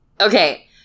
Okay